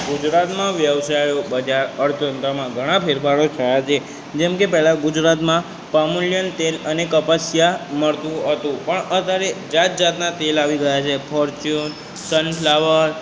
ગુજરાતમાં વ્યવસાયો બજાર અર્થતંત્રમાં ઘણા ફેરફારો થયા છે જેમ કે પહેલા ગુજરાતમાં પામુલ્યન તેલ અને કપાસિયા મળતું હતું પણ અત્યારે જાતજાતના તેલ આવી ગયા છે ફોર્ચુન સનફ્લવાર